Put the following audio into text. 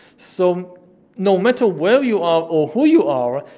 so no matter where you are, or who you are,